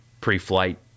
pre-flight